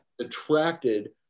attracted